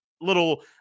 little